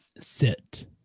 sit